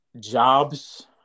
jobs